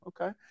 okay